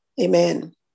amen